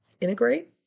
integrate